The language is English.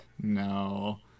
no